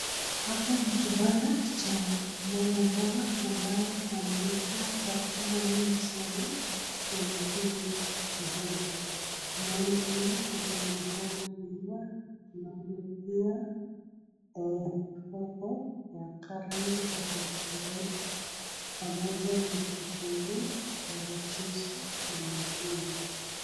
Hapa ni kibanda cha mama mboga ambaye ameweka chakula mingi sana kwenye hii sehemu. Tunaona nyuma linaonekana kuuza rangi tafauti tafuti pamoja na kitunguu parachichi na machugwa